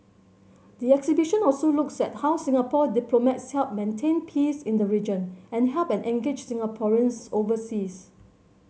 the exhibition also looks at how Singapore diplomats help maintain peace in the region and help and engage Singaporeans overseas